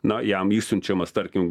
na jam išsiunčiamas tarkim